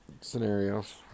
scenarios